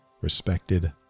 respected